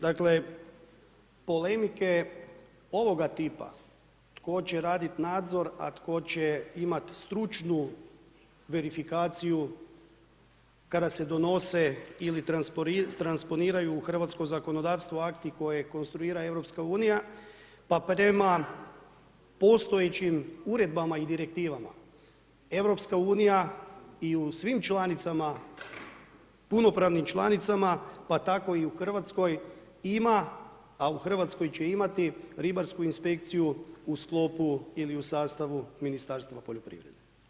Dakle, polemike ovoga tipa, tko će raditi nadzor, a tko će imati stručnu verifikaciju kada se donose ili transponiraju u hrvatsko zakonodavstvo akti koje konstruira EU, pa prema postojećim Uredbama i Direktivama EU i u svim članicama, punopravnim članicama, pa tako i u RH ima, a u RH će imati ribarsku inspekciju u sklopu ili u sastavu Ministarstva poljoprivrede.